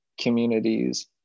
communities